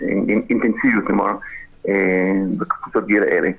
אינטנסיביות בקבוצות הגיל הללו.